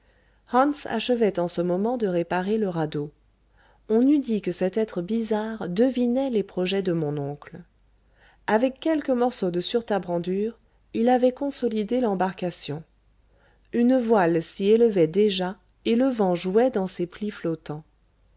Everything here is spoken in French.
hans achevait en ce moment de réparer le radeau on eût dit que cet être bizarre devinait les projets de mon oncle avec quelques morceaux de surtarbrandur il avait consolidé l'embarcation une voile s'y élevait déjà et le vent jouait dans ses plis flottants